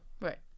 right